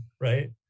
right